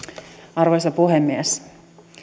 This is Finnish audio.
arvoisa puhemies